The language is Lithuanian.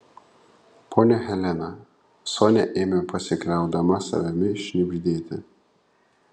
ponia helena sonia ėmė pasikliaudama savimi šnibždėti